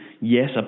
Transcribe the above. yes